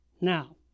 Now